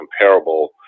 comparable